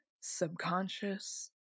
subconscious